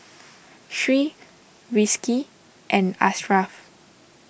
Sri Rizqi and Ashraf